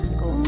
go